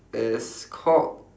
it's called